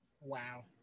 Wow